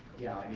yeah, i mean,